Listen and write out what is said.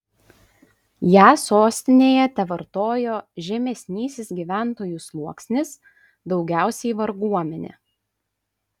ją sostinėje tevartojo žemesnysis gyventojų sluoksnis daugiausiai varguomenė